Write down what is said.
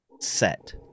set